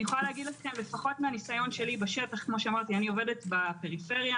מהניסיון שלי בשטח אני עובדת בפריפריה